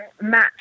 match